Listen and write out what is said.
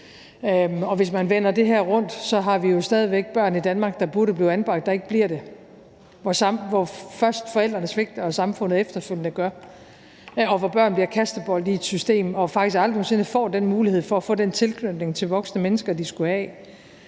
Hvis man vender det her rundt, har vi jo stadig væk børn i Danmark, som burde blive anbragt, og som ikke bliver det, som først bliver svigtet af forældrene og efterfølgende af samfundet, og som bliver kastebold i et system og faktisk aldrig nogen sinde får den mulighed for at få den tilknytning til voksne mennesker, de skulle have.